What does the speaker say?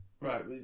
Right